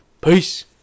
Peace